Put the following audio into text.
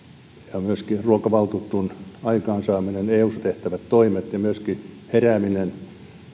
ja myöskin ruokavaltuutetun aikaansaaminen eussa tehtävät toimet ja myöskin herääminen